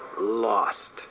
lost